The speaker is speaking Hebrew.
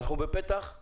אנחנו בפתחם